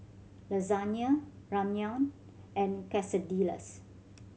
Lasagna Ramyeon and Quesadillas